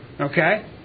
Okay